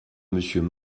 monsieur